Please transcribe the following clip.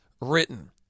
written